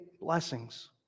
blessings